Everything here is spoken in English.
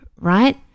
right